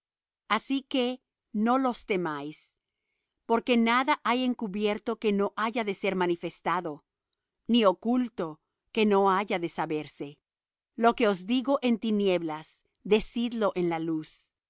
así que no los temáis porque nada hay encubierto que no haya de ser manifestado ni oculto que no haya de saberse lo que os digo en tinieblas decidlo en la luz